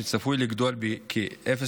שצפוי לגדול בכ-0.4%.